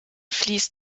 fließt